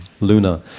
Luna